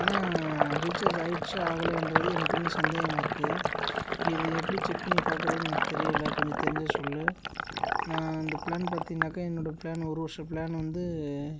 ஆனால் ரீசார்ஜ் ஆகிடுச்சா ஆகலயான்றது எனக்கு இன்னும் சந்தேகமாக இருக்குது இது எப்படி செக் பண்ணி பார்க்கறதுன்னு எனக்கு தெரியல கொஞ்சம் தெரிஞ்சால் சொல் நான் அந்த ப்ளான் பார்த்தின்னாக்கா என்னோடய ப்ளான் ஒரு வருஷ ப்ளான் வந்து